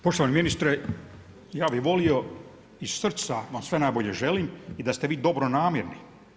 Poštovani ministre, ja bih volio iz srca vam sve najbolje želim i da ste vi dobronamjerni.